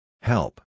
Help